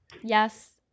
yes